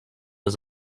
was